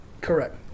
Correct